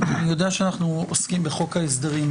אני יודע שאנחנו עוסקים בחוק ההסדרים,